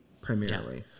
primarily